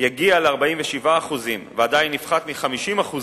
יגיע ל-47% ועדיין יפחת מ-50%,